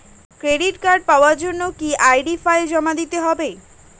Credit card পাওয়ার জন্য কি আই.ডি ফাইল জমা দিতে হবে?